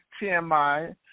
TMI